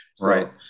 Right